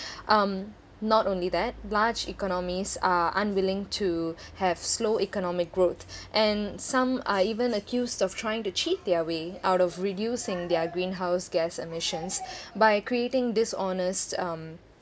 um not only that large economies are unwilling to have slow economic growth and some are even accused of trying to cheat their way out of reducing their greenhouse gas emissions by creating dishonest um